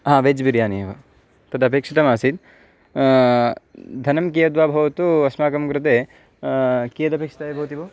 हा वेज् बिरियानि एव तदपेक्षितमासीत् धनं कियद्वा भवतु अस्माकं कृते कियदपेक्षितम् एव भवति भो